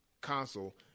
console